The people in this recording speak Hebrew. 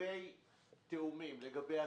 לגבי תיאומים, לגבי הסכמות,